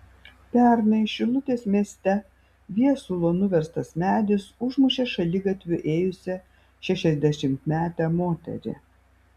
pernai šilutės mieste viesulo nuverstas medis užmušė šaligatviu ėjusią šešiasdešimtmetę moterį